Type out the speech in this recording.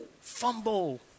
fumble